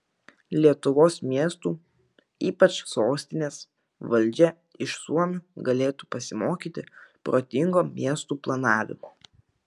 lietuvos miestų ypač sostinės valdžia iš suomių galėtų pasimokyti protingo miestų planavimo